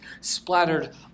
splattered